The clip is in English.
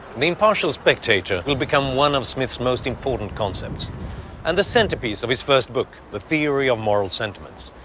the impartial spectator will become one of smith's most important concepts and the centerpiece of his first book, the theory of moral sentiments.